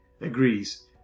agrees